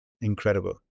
Incredible